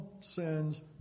sins